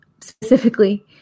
specifically